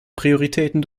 prioritäten